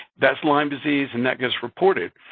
that's lyme disease and that gets reported.